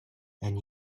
and